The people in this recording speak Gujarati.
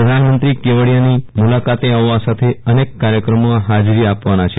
પ્રધાનમંત્રી કેવડીયાની મુલાકાતે આવવા સાથે અનેક કાર્યક્રમોમાં હાજરી આપવાના છે